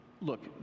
look